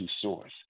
source